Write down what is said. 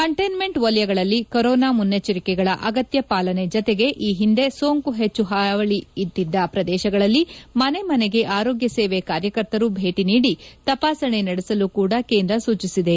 containment ವಲಯಗಳಲ್ಲಿ corona ಮುನ್ನೆಚ್ಚರಿಕೆಗಳ ಅಗತ್ಯ ಪಾಲನೆ ಜತೆಗೆ ಈ ಹಿಂದೆ ಸೋಂಕು ಹೆಚ್ಚು ಹಾವಳಿ ಇಟ್ಟಿದ್ದ ಪ್ರದೇಶಗಳಲ್ಲಿ ಮನೆಮನೆಗೆ ಆರೋಗ್ಯ ಸೇವೆ ಕಾರ್ಯಕರ್ತರು ಭೇಟಿ ನೀದಿ ತಪಾಸಣೆ ನಡೆಸಲು ಕೂಡ ಕೇಂದ್ರ ಸೂಚಿಸಿದೆ